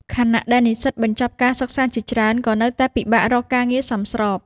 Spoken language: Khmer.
ខណៈដែលនិស្សិតបញ្ចប់ការសិក្សាជាច្រើនក៏នៅតែពិបាករកការងារសមស្រប។